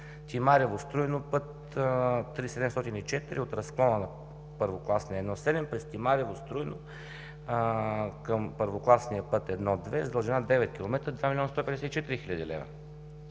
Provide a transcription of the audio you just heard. Тимарево – Струйно, път III-7004 (от разклона на първокласния I 7 през Тимарево, Струйно към първокласния път I-2) с дължина 9 км – 2 млн. 154 хил. лв.